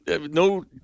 no